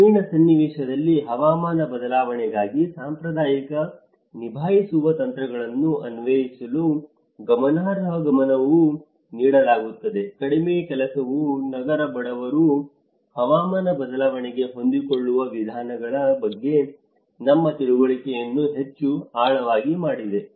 ಗ್ರಾಮೀಣ ಸನ್ನಿವೇಶದಲ್ಲಿ ಹವಾಮಾನ ಬದಲಾವಣೆಗಾಗಿ ಸಾಂಪ್ರದಾಯಿಕ ನಿಭಾಯಿಸುವ ತಂತ್ರಗಳನ್ನು ಅನ್ವೇಷಿಸಲು ಗಮನಾರ್ಹ ಗಮನವನ್ನು ನೀಡಲಾಗಿದೆ ಕಡಿಮೆ ಕೆಲಸವು ನಗರ ಬಡವರು ಹವಾಮಾನ ಬದಲಾವಣೆಗೆ ಹೊಂದಿಕೊಳ್ಳುವ ವಿಧಾನಗಳ ಬಗ್ಗೆ ನಮ್ಮ ತಿಳುವಳಿಕೆಯನ್ನು ಹೆಚ್ಚು ಆಳವಾಗಿ ಮಾಡಿದೆ